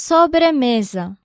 Sobremesa